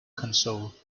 console